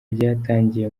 ryatangiye